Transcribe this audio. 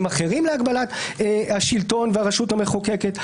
אחרים להגבלת השלטון והרשות המחוקקת.